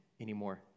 anymore